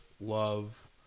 Love